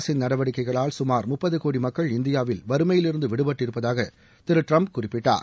அரசின் நடவடிக்கைகளால் கமார் முப்பது கோடி மக்கள் இந்தியாவில் வறுமையிலிருந்து விடுபட்டிருப்பதாக திரு டிரம்ப் குறிப்பிட்டார்